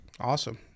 Awesome